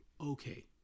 okay